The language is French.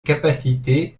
capacité